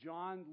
John